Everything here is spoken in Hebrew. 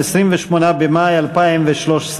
28 במאי 2013,